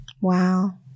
Wow